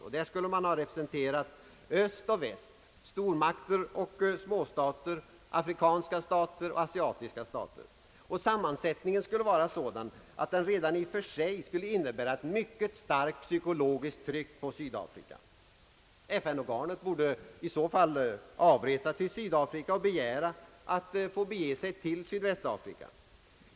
Därvid borde man eftersträva representation från både öst och väst, från afrikanska och asiatiska stater: samt från stormakter och småstater. Sammansättningen skulle alltså vara sådan att den redan i och för sig skulle. innebära ett mycket starkt psykologiskt tryck på Sydafrika. FN-organet borde avresa till Sydafrika och begära att få bege sig till Sydvästafrika.